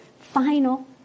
final